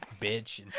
bitch